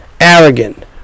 Arrogant